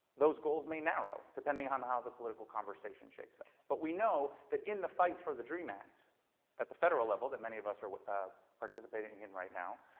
those goals may narrow depending on how the political conversation shapes up but we know that in the fight for the dream act at the federal level that many of us are participating in right now,